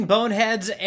Boneheads